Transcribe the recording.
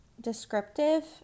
Descriptive